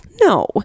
No